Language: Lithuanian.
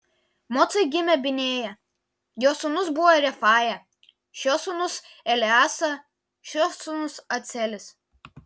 mocai gimė binėja jo sūnus buvo refaja šio sūnus eleasa šio sūnus acelis